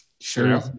Sure